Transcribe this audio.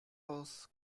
was